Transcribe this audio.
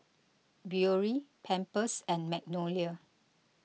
Biore Pampers and Magnolia